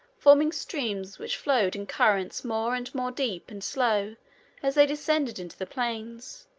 forming streams which flowed in currents more and more deep and slow as they descended into the plains,